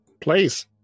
Please